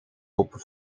open